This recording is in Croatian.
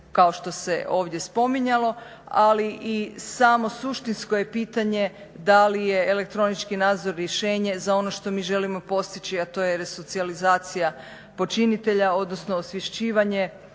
kao što se ovdje spominjalo, ali i samo suštinsko je pitanje da li je elektronički nadzor rješenje za ono što mi želimo postići a to je resocijalizacija počinitelja, odnosno osvješćivanje